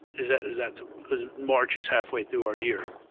is that is that because march is halfway through our year.